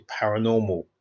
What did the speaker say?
paranormal